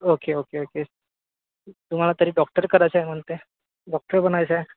okay okay okay तुम्हाला तरी doctor करायचं आहे म्हणत आहे डॉक्टर बनायचं आहे